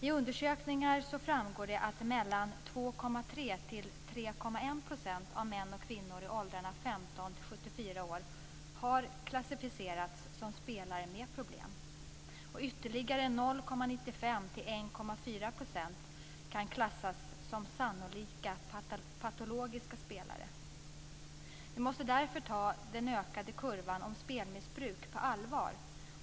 I undersökningar framgår det att mellan 2,3 och 0,95-1,4 % kan klassas som sannolika patologiska spelare. Vi måste därför ta den ökande kurvan när det gäller spelmissbruk på allvar.